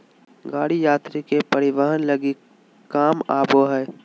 गाड़ी यात्री के परिवहन लगी काम आबो हइ